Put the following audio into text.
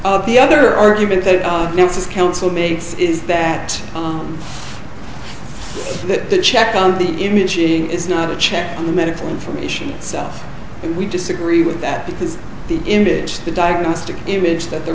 of the other argument that this is counsel makes is that the check on the imaging is not a check on the medical information itself and we disagree with that because the image the diagnostic image that the